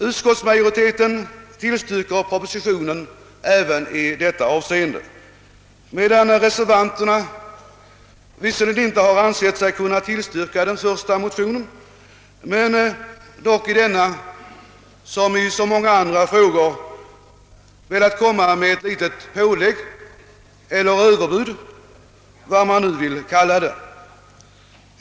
Utskottsmajoriteten tillstyrker propositionens förslag även i detta avseende, medan reservanterna visserligen inte har ansett sig kunna tillstyrka den första motionen, men i denna, som i så många andra frågor velat komma med ett litet pålägg eller överbud, vad man nu vill kalla det.